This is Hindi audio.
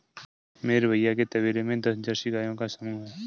मेरे भैया के तबेले में दस जर्सी गायों का समूह हैं